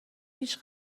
هیچ